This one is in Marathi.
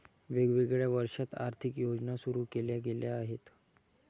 वेगवेगळ्या वर्षांत आर्थिक योजना सुरू केल्या गेल्या आहेत